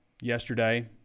yesterday